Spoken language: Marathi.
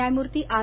न्यायमूर्ती आर